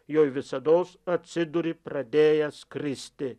joj visados atsiduri pradėjęs kristi